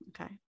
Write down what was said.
Okay